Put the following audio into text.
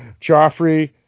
Joffrey